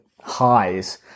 highs